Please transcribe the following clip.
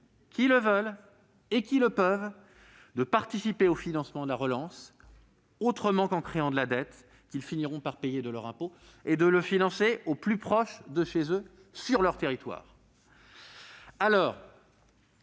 qui le veulent et qui le peuvent de participer au financement de la relance autrement qu'en créant de la dette qu'ils finiront par payer de leur impôt, et de le financer au plus proche de chez eux sur leur territoire. C'est